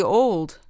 old